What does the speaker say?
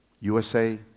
USA